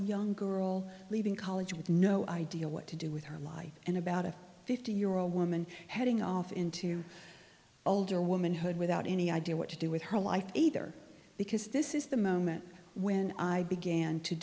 young girl leaving college with no idea what to do with her life and about a fifty year old woman heading off into older womanhood without any idea what to do with her life either because this is the moment when i began to